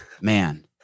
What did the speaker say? Man